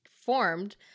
formed